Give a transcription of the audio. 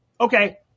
okay